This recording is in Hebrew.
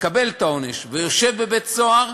מקבל את העונש ויושב בבית-סוהר,